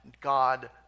God